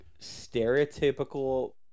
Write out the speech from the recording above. stereotypical